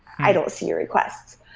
i don't see your requests.